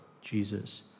Jesus